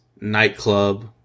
nightclub